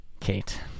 Kate